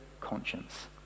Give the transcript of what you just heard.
conscience